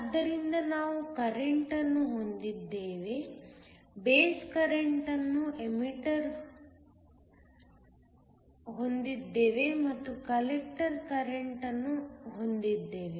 ಆದ್ದರಿಂದ ನಾವು ಕರೆಂಟ್ ಅನ್ನು ಹೊಂದಿದ್ದೇವೆ ಬೇಸ್ ಕರೆಂಟ್ ಅನ್ನು ಎಮಿಟರ್ಹೊಂದಿದ್ದೇವೆ ಮತ್ತು ಕಲೆಕ್ಟರ್ ಕರೆಂಟ್ ಅನ್ನು ಹೊಂದಿದ್ದೇವೆ